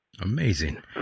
amazing